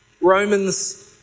Romans